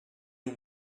اون